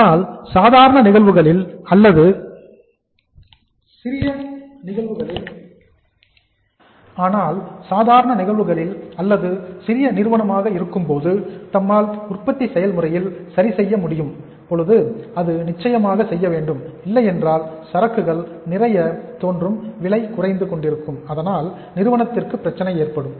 கலை தலை ஆனால் சாதாரண நிகழ்வுகளில் அல்லது சிறிய நிறுவனமாக இருக்கும்போது தம்மால் உற்பத்தி செயல்முறையில் சரி செய்ய முடியும் பொழுது அது நிச்சயமாக செய்ய வேண்டும் இல்லையென்றால் சரக்குகள் நிறைய தோன்றும் விலை குறைந்து கொண்டிருக்கும் இதனால் நிறுவனத்திற்கு பிரச்சனை ஏற்படும்